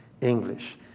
English